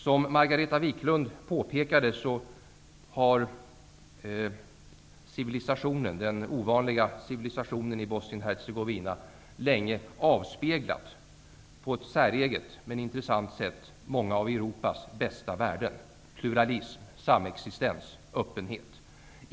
Som Margareta Viklund påpekade, har den ovanliga civilisationen i Bosnien-Hercegovina länge avspeglat, på ett säreget men intressant sätt, många av Europas bästa värden: pluralism, samexistens, öppenhet.